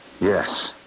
Yes